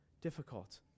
difficult